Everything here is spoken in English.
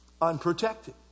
unprotected